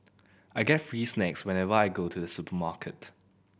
I get free snacks whenever I go to the supermarket